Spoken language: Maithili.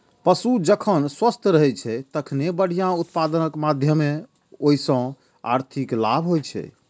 पशु जखन स्वस्थ रहै छै, तखने बढ़िया उत्पादनक माध्यमे ओइ सं आर्थिक लाभ होइ छै